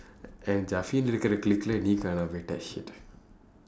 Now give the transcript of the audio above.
and jafin இருக்குற:irukkura clique-lae நீ காணாம போயிட்டே:nii kaanaama pooyitdee shit